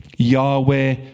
Yahweh